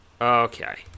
Okay